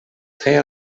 fer